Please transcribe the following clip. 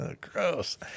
gross